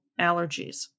allergies